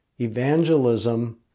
Evangelism